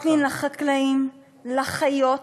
וקנין, לחקלאים, לחיות,